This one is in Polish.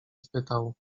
spytał